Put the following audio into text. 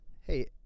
hey